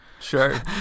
sure